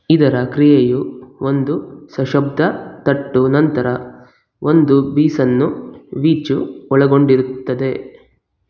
ಇದರ ಕ್ರಿಯೆಯು ಒಂದು ಸಶಬ್ದ ತಟ್ಟು ನಂತರ ಒಂದು ಬೀಸನ್ನು ವೀಚು ಒಳಗೊಂಡಿರುತ್ತದೆ